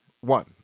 one